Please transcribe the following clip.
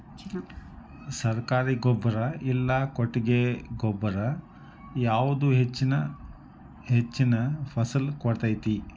ಸರ್ಕಾರಿ ಗೊಬ್ಬರ ಇಲ್ಲಾ ಕೊಟ್ಟಿಗೆ ಗೊಬ್ಬರ ಯಾವುದು ಹೆಚ್ಚಿನ ಫಸಲ್ ಕೊಡತೈತಿ?